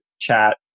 chat